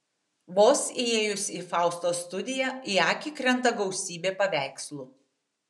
vos įėjus į faustos studiją į akį krenta gausybė paveikslų